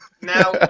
Now